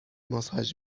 ماساژ